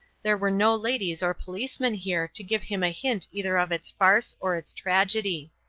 there were no ladies or policemen here to give him a hint either of its farce or its tragedy.